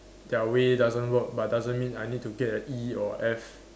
their way doesn't work but doesn't mean I need to get a E or a F